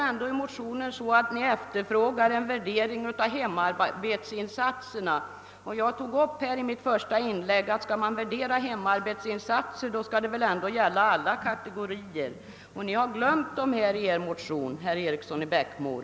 I motionen efterfrågar ni en värdering av hemarbetsinsatserna, och i mitt första inlägg frågade jag om inte värderingen i så fall bör gälla alla kategorier. Ni har